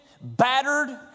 battered